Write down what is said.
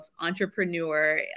entrepreneur